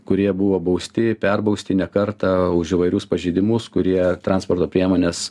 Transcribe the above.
kurie buvo bausti perbausti ne kartą už įvairius pažeidimus kurie transporto priemones